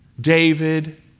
David